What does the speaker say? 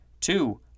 Two